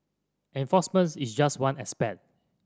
enforcement is just one aspect